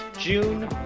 June